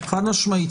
חד-משמעית.